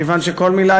מכיוון שכל מילה,